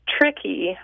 tricky